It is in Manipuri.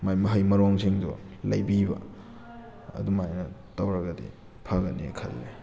ꯃꯥꯒꯤ ꯃꯍꯩ ꯃꯔꯣꯡꯁꯤꯡꯗꯨ ꯂꯩꯕꯤꯕ ꯑꯗꯨꯝ ꯍꯥꯏꯅ ꯇꯧꯔꯒꯗꯤ ꯐꯒꯅꯤ ꯈꯜꯂꯤ